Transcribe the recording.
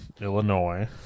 Illinois